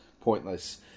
Pointless